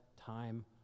time